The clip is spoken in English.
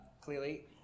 clearly